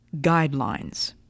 guidelines